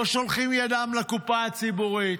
לא שולחים ידם לקופה הציבורית.